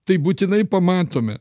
tai būtinai pamatome